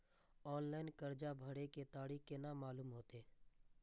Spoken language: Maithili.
ऑनलाइन कर्जा भरे के तारीख केना मालूम होते?